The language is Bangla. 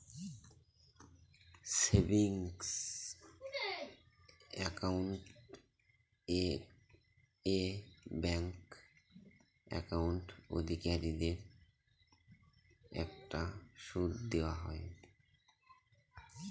সেভিংস একাউন্ট এ ব্যাঙ্ক একাউন্ট অধিকারীদের একটা সুদ দেওয়া হয়